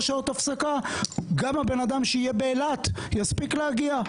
שעות הפסקה גם הבן-אדם שיהיה באילת יספיק להגיע,